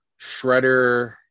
shredder